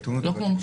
בעיתונות ובתקשורת.